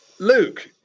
Luke